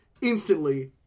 instantly